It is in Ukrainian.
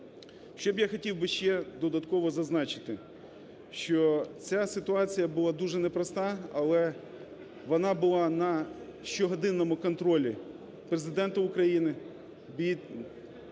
Що б я хотів ще додатково зазначити. Що ця ситуація була дуже непроста, але вона була на щогодинному контролі Президента України, під